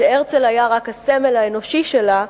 שהרצל היה רק הסמל האנושי שלה,